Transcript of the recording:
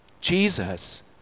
Jesus